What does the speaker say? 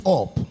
up